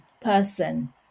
person